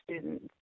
students